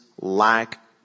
lack